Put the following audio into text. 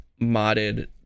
Modded